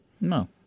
No